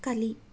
ಕಲಿ